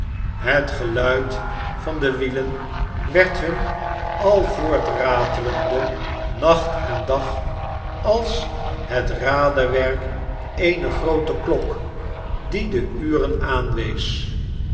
het geluid van de wielen werd hun al voortratelende nacht en dag als hetraderwerk eener groote klok die de uren aanwees